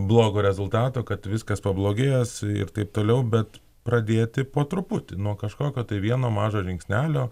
blogo rezultato kad viskas pablogės ir taip toliau bet pradėti po truputį nuo kažkokio tai vieno mažo žingsnelio